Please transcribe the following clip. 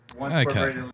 Okay